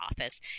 office